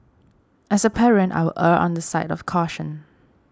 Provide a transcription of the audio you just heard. as a parent I will err on the side of caution